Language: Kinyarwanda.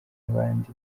abandi